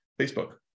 Facebook